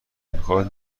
میخواد